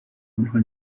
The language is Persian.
انها